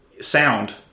sound